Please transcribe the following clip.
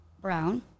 Brown